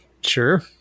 Sure